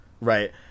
right